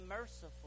merciful